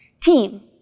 Team